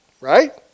right